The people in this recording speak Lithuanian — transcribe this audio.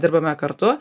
dirbame kartu